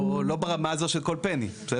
לא ברמה הזאת של כל שקל, בסדר?